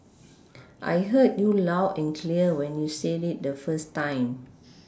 I heard you loud and clear when you said it the first time